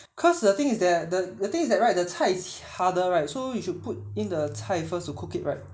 cause the thing is that the thing is that right the 菜 harder right so you should put in the 菜 first to cook it right